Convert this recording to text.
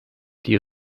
die